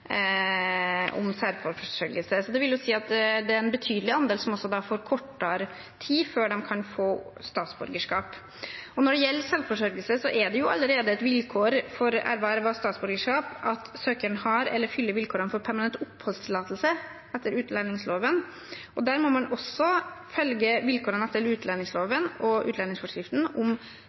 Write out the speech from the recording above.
om selvforsørgelse. Det vil si at det er en betydelig andel som får kortere tid før de kan få statsborgerskap. Når det gjelder selvforsørgelse, er det allerede et vilkår for erverv av statsborgerskap at søkeren oppfyller vilkårene for permanent oppholdstillatelse etter utlendingsloven. Der må man også oppfylle vilkårene etter utlendingsloven og utlendingsforskriften om